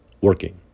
working